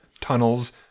Tunnels